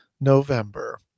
November